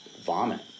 vomit